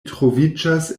troviĝas